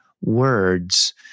words